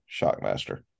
Shockmaster